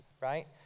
right